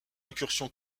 incursion